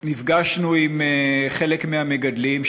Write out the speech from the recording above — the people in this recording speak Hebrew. נפגשנו עם חלק מהמגדלים,